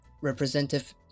Representative